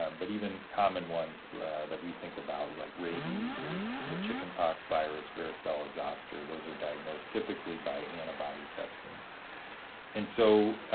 um but even common ones that we think about, like rabies or the chicken pox virus, varicella-zoster, those are diagnosed typically by antibody testing and so,